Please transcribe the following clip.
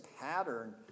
pattern